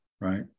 right